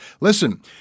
Listen